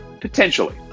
potentially